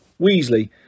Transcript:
Weasley